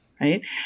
right